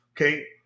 Okay